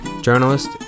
journalist